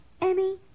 Emmy